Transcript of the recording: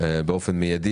באופן מיידי,